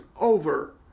over